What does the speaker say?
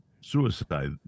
suicide